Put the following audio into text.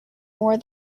more